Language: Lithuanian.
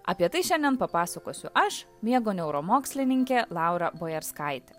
apie tai šiandien papasakosiu aš miego neuromokslininkė laura bojarskaitė